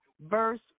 verse